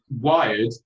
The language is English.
wired